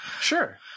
Sure